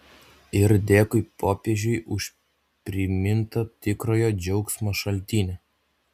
ir dėkui popiežiui už primintą tikrojo džiaugsmo šaltinį